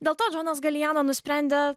dėl to džonas galijano nusprendė